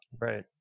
Right